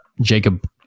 Jacob